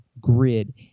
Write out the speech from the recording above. grid